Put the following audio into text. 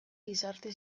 gizarte